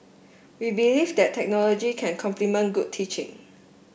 we believe that technology can complement good teaching